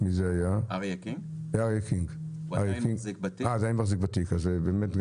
הוא עדיין מחזיק בתיק.